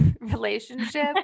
relationship